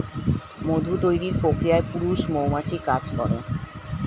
মধু তৈরির প্রক্রিয়ায় পুরুষ মৌমাছি কাজ করে